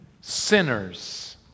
sinners